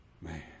Man